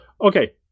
okay